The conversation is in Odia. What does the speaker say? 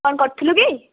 କ'ଣ କରୁଥିଲୁ କି